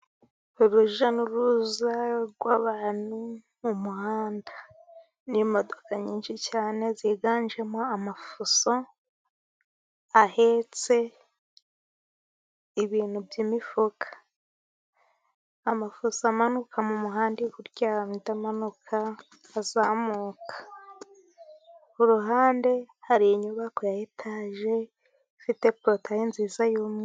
Urujya n'uruza rw'abantu mu muhanda n'imodoka nyinshi cyane ziganjemo ama fuso ahetse ibintu by'imifuka, ama fuso amanuka mu muhanda, manuka azamuka, ku ruhande hari inyubako ya etaje ifite porotayi nziza y'umweru.